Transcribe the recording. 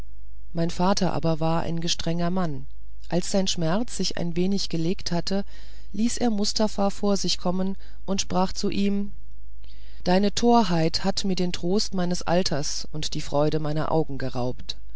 mein vater aber war ein strenger mann als sein schmerz sich ein wenig gelegt hatte ließ er mustafa vor sich kommen und sprach zu ihm deine torheit hat mir den trost meines alters und die freude meiner augen geraubt